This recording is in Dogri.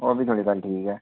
ओह्बी थुहाड़ी गल्ल ठीक ऐ